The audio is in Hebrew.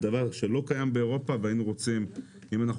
זה דבר שלא קיים באירופה והיינו רוצים אם אנחנו